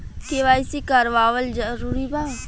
KYC करवावल जरूरी बा?